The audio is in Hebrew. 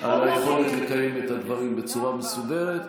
היכולת לקיים את הדברים בצורה מסודרת.